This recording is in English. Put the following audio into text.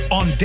on